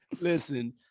Listen